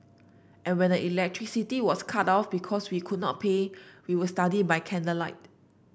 and when the electricity was cut off because we could not pay we would study by candlelight